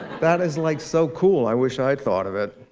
that is like so cool. i wish i'd thought of it.